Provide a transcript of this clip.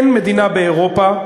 אין מדינה באירופה